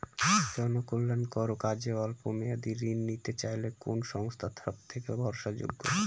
জনকল্যাণকর কাজে অল্প মেয়াদী ঋণ নিতে চাইলে কোন সংস্থা সবথেকে ভরসাযোগ্য?